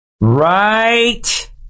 Right